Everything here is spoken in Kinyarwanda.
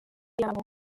yabo